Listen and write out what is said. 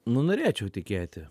nu norėčiau tikėti